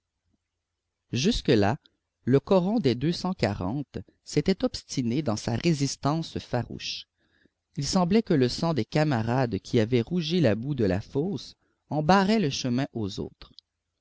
jusque-là le coron des deux cent quarante s'était obstiné dans sa résistance farouche il semblait que le sang des camarades qui avait rougi la boue de la fosse en barrait le chemin aux autres